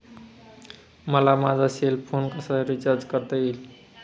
मला माझा cell phone कसा रिचार्ज करता येईल?